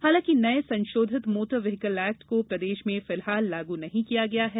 हालांकि नए संशोधित मोटर व्हीकल एक्ट को प्रदेश में फिलहाल लागू नहीं किया गया है